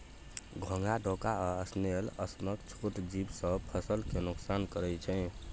घोघा, डोका आ स्नेल सनक छोट जीब सब फसल केँ नोकसान करय छै